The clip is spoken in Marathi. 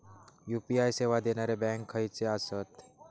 यू.पी.आय सेवा देणारे बँक खयचे आसत?